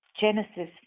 genesis